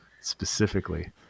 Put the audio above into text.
specifically